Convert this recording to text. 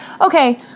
okay